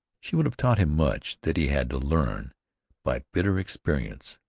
she would have taught him much that he had to learn by bitter experience,